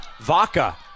Vaca